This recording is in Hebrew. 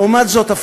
לעומת זאת,